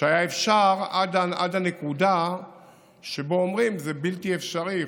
שהיה אפשר עד הנקודה שבה אומרים שזה בלתי אפשרי,